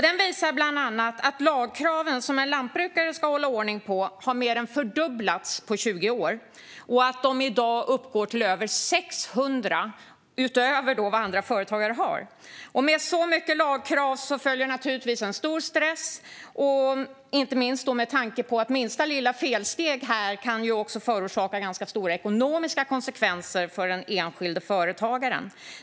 Den visar bland annat att lagkraven som en lantbrukare ska hålla ordning på har mer än fördubblats på 20 år och att de i dag uppgår till över 600 utöver vad andra företagare har. Med så mycket lagkrav följer naturligtvis en stor stress, inte minst med tanke på att minsta lilla felsteg även kan förorsaka ganska stora ekonomiska konsekvenser för den enskilde företagaren.